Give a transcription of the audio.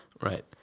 Right